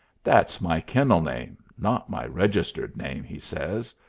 that's my kennel name, not my registered name, he says.